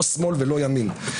לא שמאל ולא ימין.